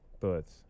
thoughts